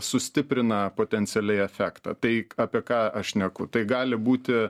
sustiprina potencialiai efektą tai apie ką aš šneku tai gali būti